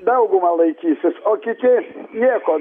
dauguma laikysis o kiti nieko